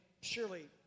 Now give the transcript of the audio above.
surely